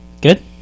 Good